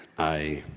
i.